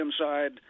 inside